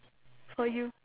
for you